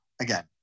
again